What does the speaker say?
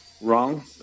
wrong